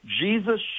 Jesus